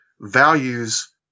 values